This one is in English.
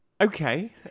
Okay